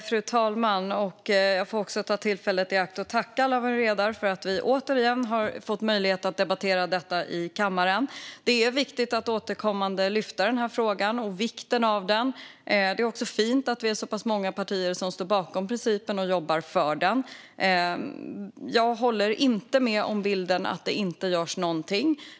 Fru talman! Jag får ta tillfället i akt att tacka Lawen Redar för att vi återigen har fått möjlighet att debattera detta i kammaren. Det är viktigt att återkommande lyfta den här frågan och vikten av den. Det är också fint att vi är så många partier som står bakom principen och jobbar för den. Jag håller inte med om bilden att det inte görs någonting.